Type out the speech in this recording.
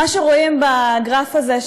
מה שרואים בגרף הזה,